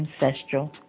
ancestral